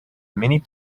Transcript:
mini